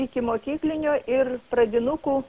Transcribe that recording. ikimokyklinio ir pradinukų